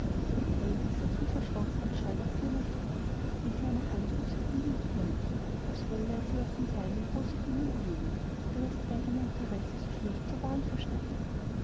hellwig sah tieferschrocken und scheu nach seiner frau und seine hand hob sich unwillkürlich als wollte sie sich auf den kleinen rosigen mund legen der das eigene interesse so schlecht zu wahren verstand